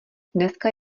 dneska